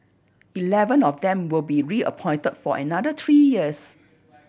eleven of them will be reappointed for another three years